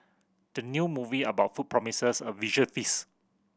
the new movie about food promises a visual feast